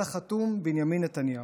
על החתום: בנימין נתניהו.